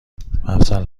مفصل